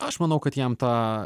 aš manau kad jam ta